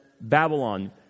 Babylon